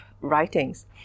writings